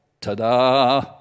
ta-da